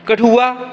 Kathua